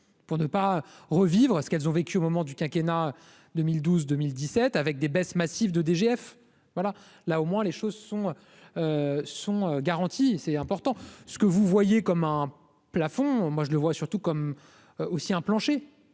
pour ne pas revivre à ce qu'elles ont vécu au moment du quinquennat 2012, 2017 avec des baisses massives de DGF voilà, là au moins les choses sont sont garantis, c'est important ce que vous voyez comme un plafond, moi je le vois surtout comme aussi un plancher,